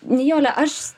nijole aš